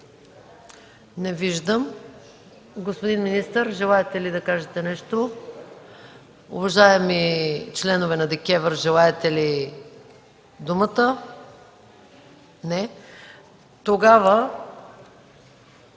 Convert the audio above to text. Не виждам. Господин министър, желаете ли да кажете нещо? Не. Уважаеми членове на ДКЕВР, желаете ли думата? Не. Тогава